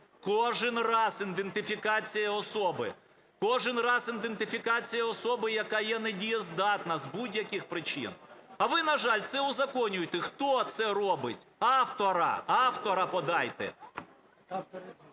кожен раз ідентифікація особи, які є недієздатна з будь-яких причин. А ви, на жаль, це узаконюєте! Хто це робить? Автора, автора подайте!